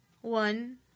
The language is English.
one